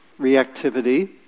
reactivity